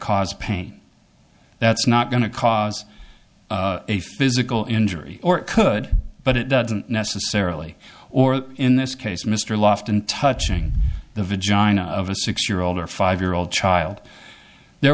cause pain that's not going to cause a physical injury or it could but it doesn't necessarily or in this case mr lofton touching the vagina of a six year old or five year old child there